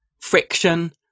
friction